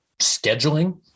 scheduling